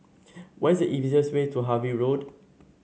what is the easiest way to Harvey Road